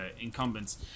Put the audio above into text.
incumbents